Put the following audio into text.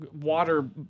water